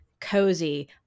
cozy